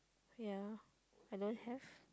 ya I don't have